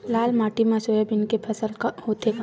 लाल माटी मा सोयाबीन के फसल होथे का?